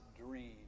dream